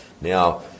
Now